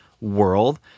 world